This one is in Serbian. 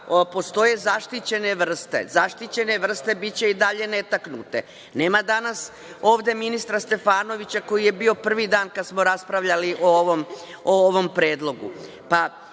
postoje zaštićene vrste. Zaštićene vrste biće i dalje netaknute. Nema danas ovde ministra Stefanovića, koji je bio prvi dan kada smo raspravljali o ovom predlogu.